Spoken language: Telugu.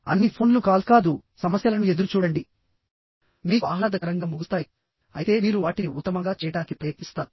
అన్ని ఫోన్లు కాల్స్కా దు సమస్యలను ఎదురుచూడండి మీకు ఆహ్లాదకరంగా ముగుస్తాయి అయితే మీరు వాటిని ఉత్తమంగా చేయడానికి ప్రయత్నిస్తారు